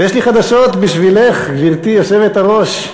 ויש לי חדשות בשבילך, גברתי היושבת-ראש: